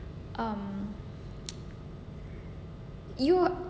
um you uh